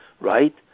right